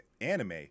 anime